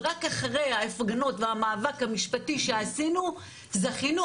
ורק אחרי ההפגנות והמאבק המשפטי שעשינו זכינו.